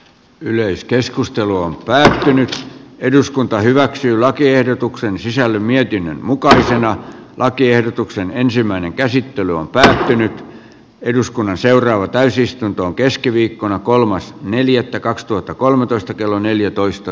yleiskeskustelu on päätynyt eduskunta hyväksyy lakiehdotuksen sisällön mietinnön mukaisena lakiehdotuksen ensimmäinen käsittely on päsähtinyt eduskunnan seuraava täysistuntoon keskiviikkona kolmas neljättä kaksituhattakolmetoista tosielämässä poistaa